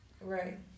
right